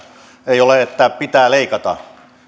ei ole että pitää leikata